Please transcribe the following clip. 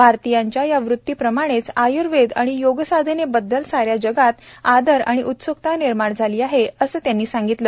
भारतीयांच्या या वृत्तीप्रमाणेच आय्वेद आणि योगसाधनेबद्दल साऱ्या जगात आदर आणि उत्सुकता निर्माण झाली आहे असं त्यांनी सांगितलं